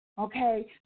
Okay